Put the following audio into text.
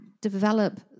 develop